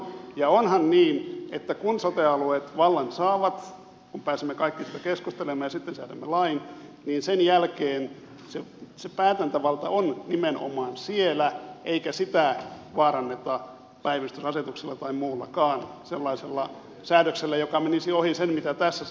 ja onhan niin että kun sote alueet vallan saavat kun pääsemme kaikki siitä keskustelemaan ja sitten säädämme lain niin sen jälkeen se päätäntävalta on nimenomaan siellä eikä sitä vaaranneta päivystysasetuksella tai muullakaan sellaisella säädöksellä joka menisi ohi sen mitä tässä salissa säädetään